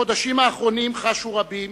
בחודשים האחרונים חשו רבים